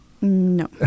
No